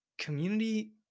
Community